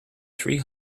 three